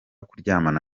kuryamana